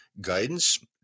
guidance